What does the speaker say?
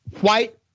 white